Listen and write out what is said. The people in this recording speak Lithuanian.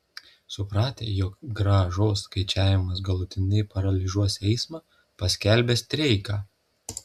supratę jog grąžos skaičiavimas galutinai paralyžiuos eismą paskelbė streiką